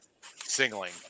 singling